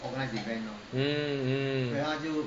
mm mm